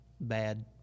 bad